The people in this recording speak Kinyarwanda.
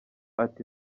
ati